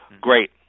Great